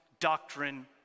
doctrine